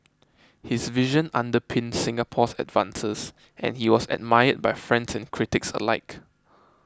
his vision underpinned Singapore's advances and he was admired by friends and critics alike